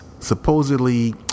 Supposedly